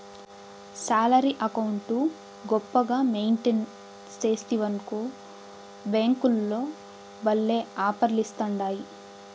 salary account గొప్పగా maintain సేస్తివనుకో బ్యేంకోల్లు భల్లే ఆపర్లిస్తాండాయి